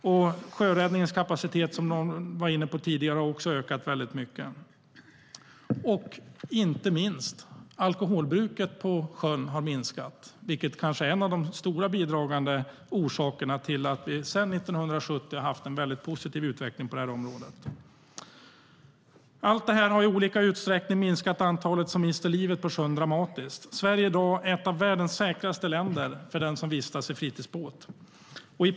Inte minst har alkoholbruket på sjön minskat, vilket kanske är en av de stora, bidragande orsakerna till att vi sedan 1970 har haft en mycket positiv utveckling på det här området. Allt detta har i olika utsträckning dramatiskt minskat antalet som mister livet på sjön. Sverige är i dag ett av världens säkraste länder för den som vistas i fritidsbåt.